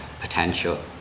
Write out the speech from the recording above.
potential